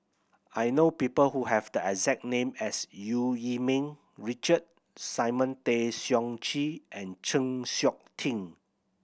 I know people who have the exact name as Eu Yee Ming Richard Simon Tay Seong Chee and Chng Seok Tin